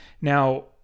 Now